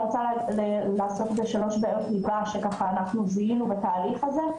אני רוצה לעסוק בשלוש בעיות ליבה שזיהינו בתהליך הזה.